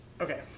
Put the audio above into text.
Okay